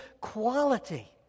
quality